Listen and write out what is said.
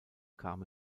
kam